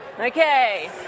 Okay